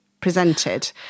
presented